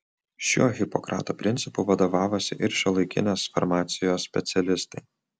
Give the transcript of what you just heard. šiuo hipokrato principu vadovavosi ir šiuolaikinės farmacijos specialistai